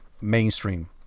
Mainstream